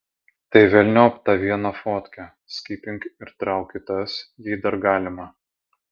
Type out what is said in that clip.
tai velniop tą vieną fotkę skipink ir trauk kitas jei dar galima